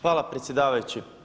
Hvala predsjedavajući.